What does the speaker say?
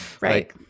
Right